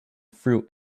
fruit